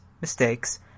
mistakes